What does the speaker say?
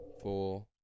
four